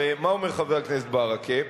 הרי מה אומר חבר הכנסת ברכה?